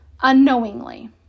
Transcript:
unknowingly